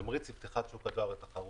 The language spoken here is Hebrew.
לפתיחת שוק הדואר לתחרות.